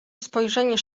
spojrzenie